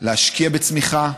להשקיע בצמיחה,